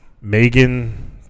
Megan